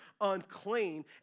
unclean